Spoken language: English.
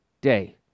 day